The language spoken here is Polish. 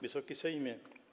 Wysoki Sejmie!